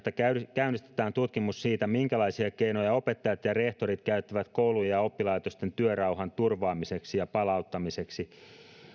käynnistetään tutkimus siitä minkälaisia keinoja opettajat ja rehtorit käyttävät koulujen ja oppilaitosten työrauhan turvaamiseksi ja sen palauttamiseksi